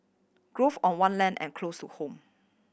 on one land and close to home